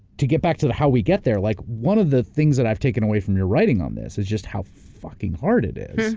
to get back to the how we get there, like one of the things that i've taken away from your writing on this, is just how fucking hard it is.